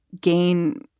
gain